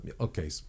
okay